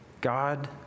God